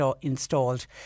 installed